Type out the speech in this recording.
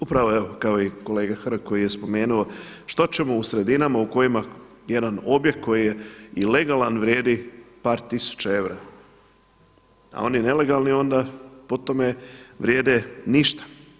Upravo, evo kao i kolega Hrg koji je spomenuo što ćemo u sredinama u kojima jedan objekt koji je i legalan vrijedi par tisuća eura, a oni nelegalni po tome onda vrijede ništa.